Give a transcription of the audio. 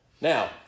Now